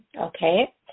Okay